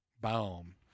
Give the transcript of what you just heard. boom